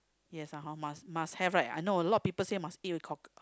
yes ah hor must must have right I know a lot of people say must eat with cock~